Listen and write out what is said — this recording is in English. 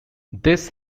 this